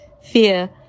fear